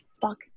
fuck